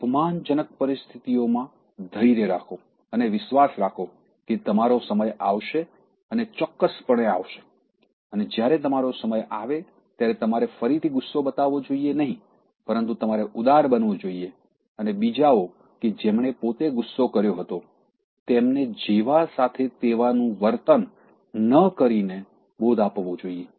અપમાનજનક પરિસ્થિતિઓમાં ધૈર્ય રાખો અને વિશ્વાસ રાખો કે તમારો સમય આવશે અને ચોકકસપણે આવશે અને જ્યારે તમારો સમય આવે ત્યારે તમારે ફરીથી ગુસ્સો બતાવવો જોઈએ નહીં પરંતુ તમારે ઉદાર બનવું જોઈએ અને બીજાઓ કે જેમણે પોતે ગુસ્સો કર્યો હતો તેમને જેવા સાથે તેવા નું વર્તન ન કરીને બોધ આપવો જોઈએ